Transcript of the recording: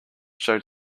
showed